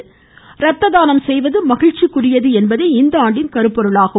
ரத்த தானம் செய்வது மகிழ்ச்சிக்குரியது என்பதே இந்த ஆண்டின் கருப்பொருளாகும்